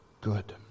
good